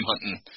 hunting